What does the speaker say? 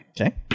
Okay